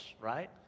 right